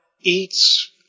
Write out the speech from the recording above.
eats